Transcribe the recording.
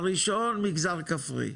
הראשון, מגזר כפרי,